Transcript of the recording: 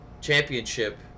championship